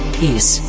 peace